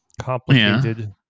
complicated